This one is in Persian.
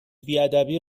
بیادبی